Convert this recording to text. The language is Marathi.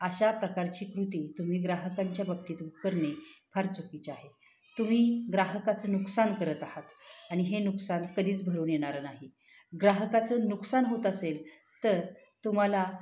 अशा प्रकारची कृती तुम्ही ग्राहकांच्या बाबतीत करणे फार चुकीचे आहे तुम्ही ग्राहकाचं नुकसान करत आहात आणि हे नुकसान कधीच भरून येणारं नाही ग्राहकाचं नुकसान होत असेल तर तुम्हाला